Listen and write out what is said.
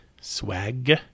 Swag